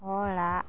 ᱦᱚᱲᱟᱜ